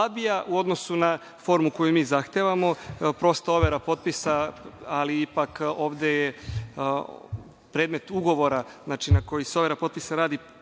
u odnosu na formu koju mi zahtevamo. Prosto, overa potpisa, ali ipak ovde je predmet ugovora na koji se overa potpisa radi